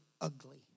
ugly